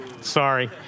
sorry